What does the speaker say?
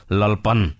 lalpan